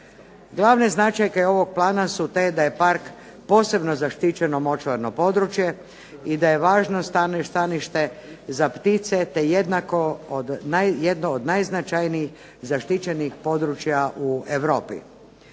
Glavne značajke ovog plana su te da je park posebno zaštićeno močvarno područje i da je važno stanište za ptice, te jedno od najznačajnijih zaštićenih područja u Europi.